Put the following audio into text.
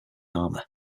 armor